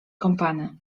kąpany